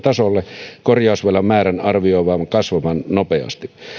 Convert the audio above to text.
tasolle korjausvelan määrän arvioidaan kasvavan nopeasti